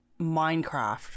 Minecraft